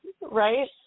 Right